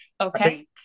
okay